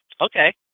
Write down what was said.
okay